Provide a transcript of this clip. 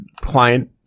client